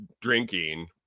drinking